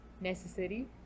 necessary